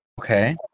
Okay